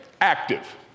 active